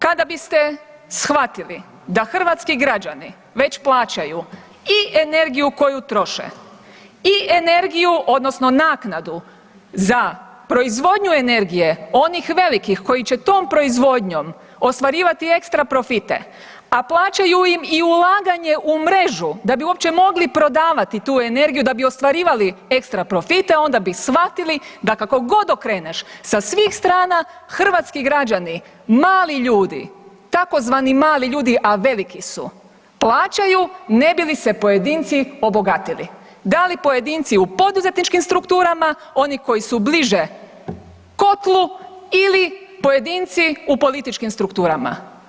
Kada biste shvatili da hrvatski građani već plaćaju i energiju koju troše i energiju odnosno naknadu za proizvodnju energije onih velikih koji će tom proizvodnjom ostvarivati ekstra profite, a plaćaju im i ulaganje u mrežu da bi uopće mogli prodavati tu energiju da bi ostvarivali ekstra profite onda bi shvatili da kako god okreneš sa svih strana hrvatski građani, mali ljudi, tzv. mali ljudi, a veliki su plaćaju, ne bi li se pojedinci obogatili da li pojedinci u poduzetničkim strukturama oni koji su bliže kotlu ili pojedinci u političkim strukturama.